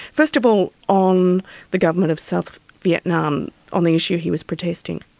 first of all on the government of south vietnam, on the issue he was protesting?